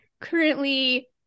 currently